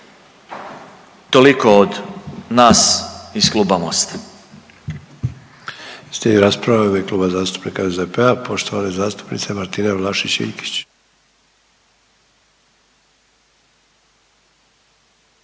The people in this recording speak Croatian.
Toliko od nas iz Kluba Mosta.